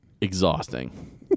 exhausting